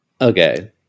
Okay